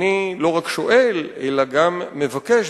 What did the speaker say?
אני לא רק שואל אלא גם מבקש,